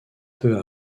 peu